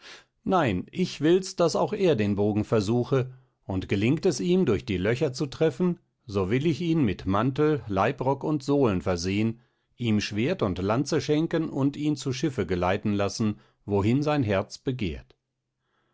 nein ich will's daß auch er den bogen versuche und gelingt es ihm durch die löcher zu treffen so will ich ihn mit mantel leibrock und sohlen versehen ihm schwert und lanze schenken und ihn zu schiffe geleiten lassen wohin sein herz begehrt